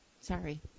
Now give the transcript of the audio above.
Sorry